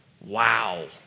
wow